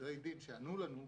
שענו לנו,